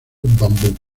bambú